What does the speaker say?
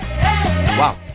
wow